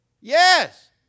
Yes